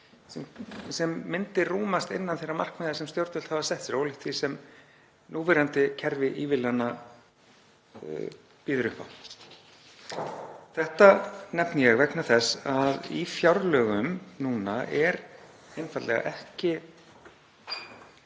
og myndi rúmast innan þeirra markmiða sem stjórnvöld hafa sett sér, ólíkt því sem núverandi kerfi ívilnana býður upp á. Þetta nefni ég vegna þess að í fjárlögum núna er einfaldlega ekki